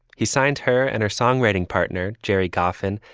he signed her and her songwriting partner, gerry goffin,